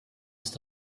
ist